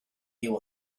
deal